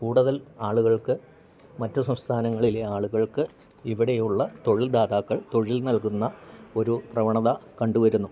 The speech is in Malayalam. കൂടുതൽ ആളുകൾക്ക് മറ്റു സംസ്ഥാനങ്ങളിലെ ആളുകൾക്ക് ഇവിടെയുള്ള തൊഴിൽദാതാക്കൾ തൊഴിൽ നൽകുന്ന ഒരു പ്രവണത കണ്ടുവരുന്നു